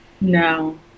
No